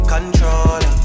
Controller